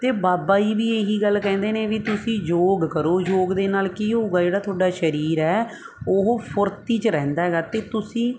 ਅਤੇ ਬਾਬਾ ਜੀ ਵੀ ਇਹ ਹੀ ਗੱਲ ਕਹਿੰਦੇ ਨੇ ਵੀ ਤੁਸੀਂ ਯੋਗ ਕਰੋ ਯੋਗ ਦੇ ਨਾਲ ਕੀ ਹੋਵੇਗਾ ਜਿਹੜਾ ਤੁਹਾਡਾ ਸਰੀਰ ਹੈ ਉਹ ਫੁਰਤੀ 'ਚ ਰਹਿੰਦਾ ਹੈਗਾ ਅਤੇ ਤੁਸੀਂ